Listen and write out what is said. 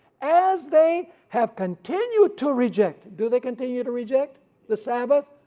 as they have continued to reject. do they continue to reject the sabbath,